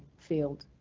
field?